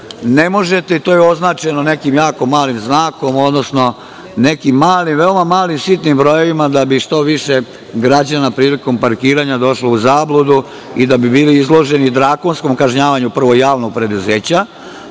ne možete i to je označeno nekim jako malim znakom, odnosno nekim malim, veoma malim, sitnim brojevima, da bi što više građana prilikom parkiranja došlo u zabludu i da bi bili izloženi drakonskom kažnjavanju, prvo javnog preduzeća,